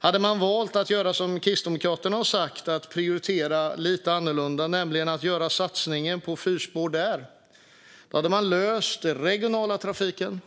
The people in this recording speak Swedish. Hade man valt att göra som Kristdemokraterna sagt, nämligen att prioritera lite annorlunda och göra satsningen på fyrspår där, hade man löst den regionala trafiken,